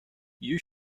you